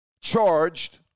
charged